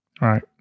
Right